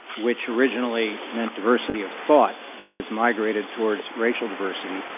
which originally meant diversity of thought, but has migrated toward s racial diversity,